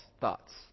thoughts